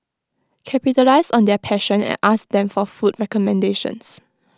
capitalise on their passion and ask them for food recommendations